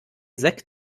sekt